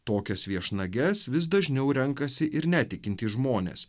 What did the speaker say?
tokias viešnages vis dažniau renkasi ir netikintys žmonės